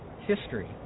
history